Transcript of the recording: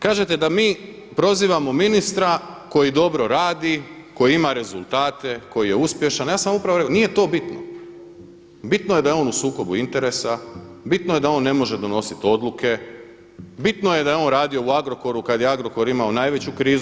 Kažete da mi prozivamo ministra koji dobro radi, koji ima rezultate, koji je uspješan a ja sam upravo rekao nije to bitno, bitno je da je on u sukobu interesa, bitno je da on ne može donositi odluke, bitno je da je on radio u Agrokoru kada je Agrokor imao najveću krizu.